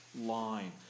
line